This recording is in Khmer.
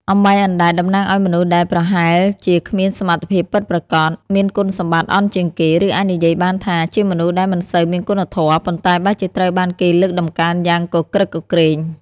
អំបែងអណ្ដែត តំណាងឲ្យមនុស្សដែលប្រហែលជាគ្មានសមត្ថភាពពិតប្រាកដ មានគុណសម្បត្តិអន់ជាងគេ ឬអាចនិយាយបានថា ជាមនុស្សដែលមិនសូវមានគុណធម៌ ប៉ុន្តែបែរជាត្រូវបានគេលើកតម្កើងយ៉ាងគគ្រឹកគគ្រេង។